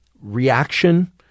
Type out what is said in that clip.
reaction